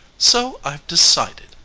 so i've decided,